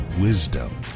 wisdom